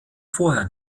vorher